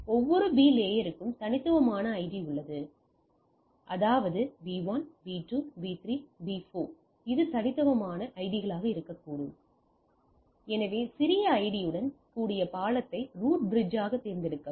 ஒவ்வொரு B லேயருக்கும் தனித்துவமான ஐடி உள்ளது அதாவது பி 1 பி 2 பி 3 பி 4 இது தனித்துவமான ஐடிகளாக இருக்கட்டும் எனவே சிறிய ஐடியுடன் கூடிய பாலத்தை ரூட் பிரிட்ஜாக தேர்ந்தெடுக்கவும்